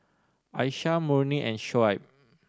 Aisyah Murni and Shoaib